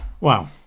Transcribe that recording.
Wow